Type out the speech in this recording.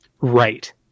Right